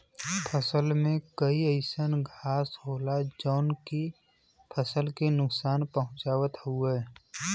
फसल में कई अइसन घास होला जौन की फसल के नुकसान पहुँचावत हउवे